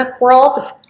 world